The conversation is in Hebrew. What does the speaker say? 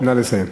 נא לסיים.